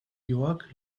york